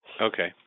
Okay